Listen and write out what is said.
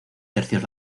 tercios